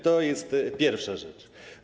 To jest pierwsza rzecz.